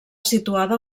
situada